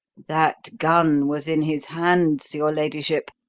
that gun was in his hands, your ladyship,